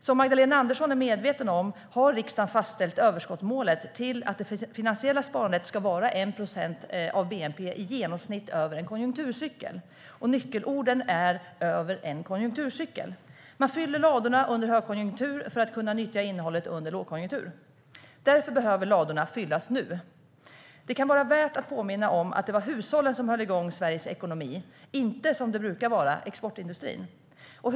Som Magdalena Andersson är medveten om har riksdagen fastställt överskottsmålet till att det finansiella sparandet ska vara 1 procent av bnp i genomsnitt över en konjunkturcykel. Nyckelorden är "över en konjunkturcykel". Man fyller ladorna under högkonjunktur för att kunna nyttja innehållet under lågkonjunktur. Därför behöver ladorna fyllas nu. Det kan vara värt att påminna om att det var hushållen som höll igång Sveriges ekonomi, inte exportindustrin, som det brukar vara.